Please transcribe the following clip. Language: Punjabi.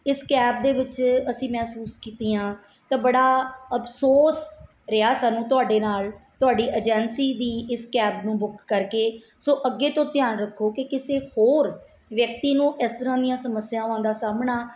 ਇਸ ਕੈਬ ਦੇ ਵਿੱਚ ਅਸੀਂ ਮਹਿਸੂਸ ਕੀਤੀਆਂ ਤਾਂ ਬੜਾ ਅਫਸੋਸ ਰਿਹਾ ਸਾਨੂੰ ਤੁਹਾਡੇ ਨਾਲ ਤੁਹਾਡੀ ਏਜੰਸੀ ਦੀ ਇਸ ਕੈਬ ਨੂੰ ਬੁੱਕ ਕਰਕੇ ਸੋ ਅੱਗੇ ਤੋਂ ਧਿਆਨ ਰੱਖੋ ਕਿ ਕਿਸੇ ਹੋਰ ਵਿਅਕਤੀ ਨੂੰ ਇਸ ਤਰ੍ਹਾਂ ਦੀਆਂ ਸਮੱਸਿਆਵਾਂ ਦਾ ਸਾਹਮਣਾ